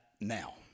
now